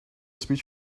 speech